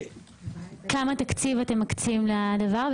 כמה תקציב אתם מקצים לדבר,